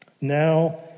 Now